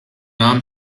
nahm